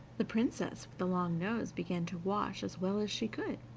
the princess with the long nose began to wash as well as she could,